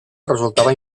resultava